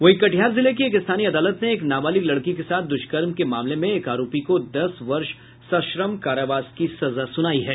वहीं कटिहार जिला की एक स्थानीय अदालत ने एक नाबालिग लड़की के साथ दुष्कर्म के मामले में एक आरोपी को दस वर्ष सश्रम कारावास की सजा सुनाई है